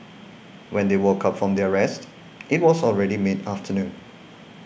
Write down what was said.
when they woke up from their rest it was already mid afternoon